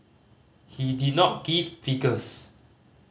he did not give figures